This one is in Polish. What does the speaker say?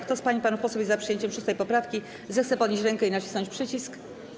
Kto z pań i panów posłów jest za przyjęciem 6. poprawki, zechce podnieść rękę i nacisnąć przycisk.